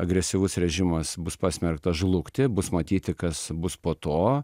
agresyvus režimas bus pasmerktas žlugti bus matyti kas bus po to